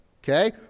Okay